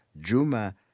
Juma